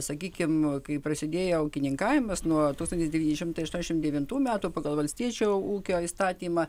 sakykim kai prasidėjo ūkininkavimas nuo tūkstantis devyni šimtai aštuoniasdešimt devintų metų pagal valstiečio ūkio įstatymą